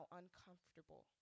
uncomfortable